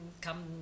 come